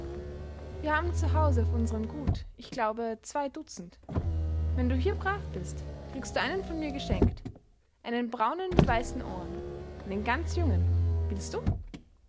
wir haben zu hause auf unserem gut ich glaube zwei dutzend wenn du hier brav bist kriegst du einen von mir geschenkt einen braunen mit weißen ohren einen ganz jungen willst du